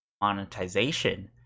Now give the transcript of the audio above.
monetization